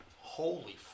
holy